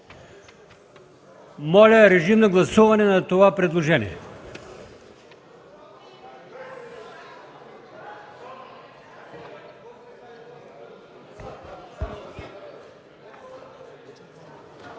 Моля, режим на гласуване за това предложение.